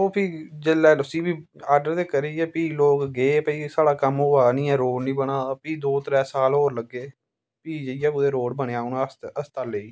ओह् फ्ही जिसलै आर्डर ते करी गे फ्ही लोग गे भाई साढ़ा कम्म होआ दा नी ऐ रोड़ नी बना दा फ्ही दो त्रै साल होर लग्गे फ्ही जाईयै कुदै रोड़ बनेआ कुदै हस्पताले